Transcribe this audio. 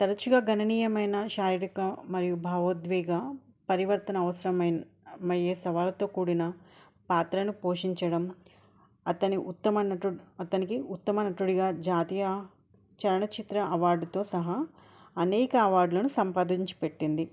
తరచుగా గణనీయమైన శారీరక మరియు భావోద్వేగాలు పరివర్తన అవసరమైన అయ్యే సవాళ్ళతో కూడిన పాత్రను పోషించడం అతని ఉత్తమ నటు అతనికి ఉత్తమ నటుడిగా జాతీయ చలనచిత్ర అవార్డుతో సహా అనేక అవార్డులను సంపాదించిపెట్టింది